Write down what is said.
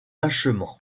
lâchement